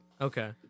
Okay